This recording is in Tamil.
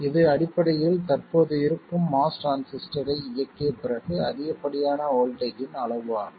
இது அடிப்படையில் தற்போது இருக்கும் MOS டிரான்சிஸ்டரை இயக்கிய பிறகு அதிகப்படியான வோல்ட்டேஜ் இன் அளவு ஆகும்